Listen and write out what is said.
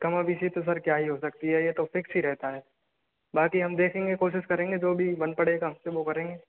कमाबेसी तो सर क्या ही हो सकती है ये तो फिक्स ही रहता है बाकी हम देखेंगे कोशिश करेंगे जो भी बन पड़ेगा हम से वो करेंगे